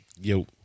Yo